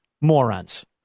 morons